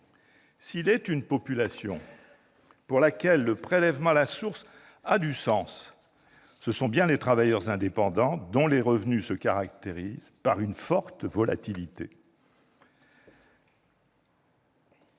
S'il est une population pour laquelle le prélèvement à la source a du sens, ce sont bien les travailleurs indépendants, dont les revenus se caractérisent par une forte volatilité.